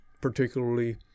particularly